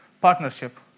partnership